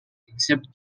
except